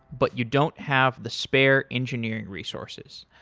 but you don't have the spare engineering resources.